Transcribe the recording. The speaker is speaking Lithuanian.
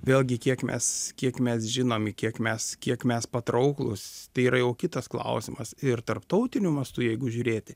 vėlgi kiek mes kiek mes žinomi kiek mes kiek mes patrauklūs tai yra jau kitas klausimas ir tarptautiniu mastu jeigu žiūrėti